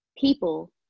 people